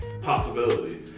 possibility